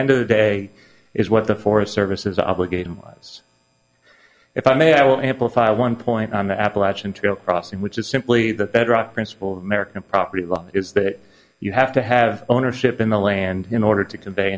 end of the day is what the forest service is obligated miles if i may i will amplify one point on the appalachian trail crossing which is simply the bedrock principle of american property law is that you have to have ownership in the land in order to convey